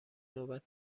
نوبت